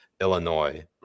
Illinois